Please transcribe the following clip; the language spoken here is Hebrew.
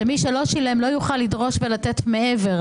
שמי שלא שילם לא יוכל לדרוש ולתת מעבר.